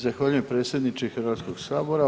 Zahvaljujem predsjedniče Hrvatskoga sabora.